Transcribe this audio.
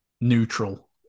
neutral